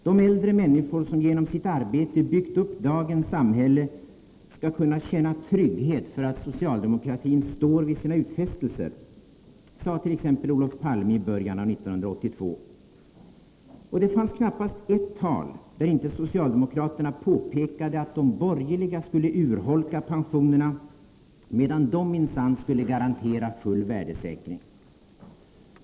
De äldre människor som genom sitt arbete byggt upp dagens samhälle skall kunna känna trygghet för att socialdemokratin står vid sina utfästelser.” Så sade t.ex. Olof Palme i början av 1982. Och det fanns knappast ett tal där inte socialdemokraterna påpekade att de borgerliga skulle urholka pensionerna, medan de minsann skulle garantera full värdesäkring.